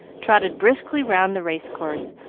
trotted briskly round the race-course,